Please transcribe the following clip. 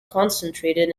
concentrated